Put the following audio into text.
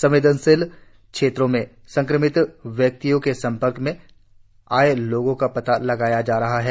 संवेदनशील क्षेत्रों में संक्रमित व्यक्तियों के संपर्क में आये लोगों का पता लगाया जा रहा है